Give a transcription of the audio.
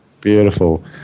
beautiful